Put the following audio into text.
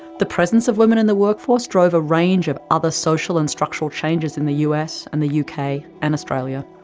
the presence of women in the workforce drove a range of other social and structural changes in the us, and the yeah uk and australia.